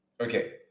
Okay